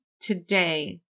today